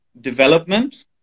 development